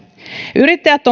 yrittäjät